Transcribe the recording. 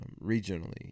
regionally